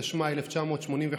התשמ"א 1985,